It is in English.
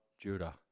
Judah